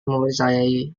mempercayai